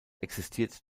existiert